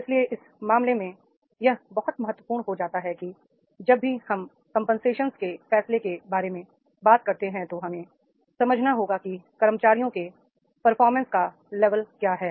इसलिए इस मामले में यह बहुत महत्वपूर्ण हो जाता है कि जब भी हम कंपनसेशन के फैसले के बारे में बात करते हैं तो हमें समझना होगा कि कर्मचारियों के परफॉर्मेंस का लेवल क्या है